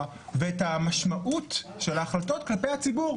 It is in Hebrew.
ואת המשמעות של ההחלטות כלפי הציבור.